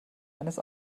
eines